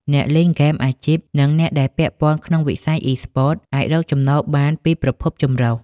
អ្នកលេងហ្គេមអាជីព និងអ្នកដែលពាក់ព័ន្ធក្នុងវិស័យអ៊ីស្ព័ត អាចរកចំណូលបានពីប្រភពចម្រុះ។